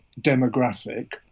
demographic